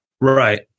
Right